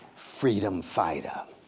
freedom fighter.